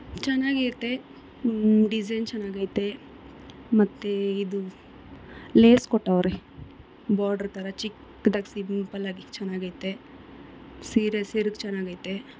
ಚೆನ್ನಾಗೈತೆ ಡಿಸೈನ್ ಚೆನ್ನಾಗೈತೆ ಮತ್ತು ಇದು ಲೇಸ್ ಕೊಟ್ಟವರೆ ಬಾರ್ಡ್ರ್ ಥರ ಚಿಕ್ದಾಗಿ ಸಿಂಪಲ್ಲಾಗಿ ಚೆನ್ನಾಗೈತೆ ಸೀರೆ ಸೆರಗು ಚೆನ್ನಾಗೈತೆ